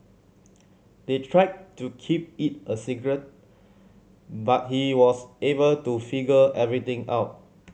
they tried to keep it a secret but he was able to figure everything out